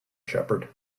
shepherd